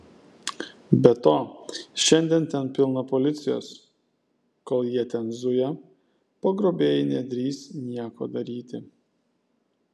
be to šiandien ten pilna policijos kol jie ten zuja pagrobėjai nedrįs nieko daryti